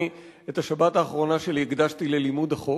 אני את השבת האחרונה שלי הקדשתי ללימוד החוק.